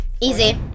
Easy